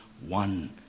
one